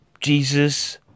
Jesus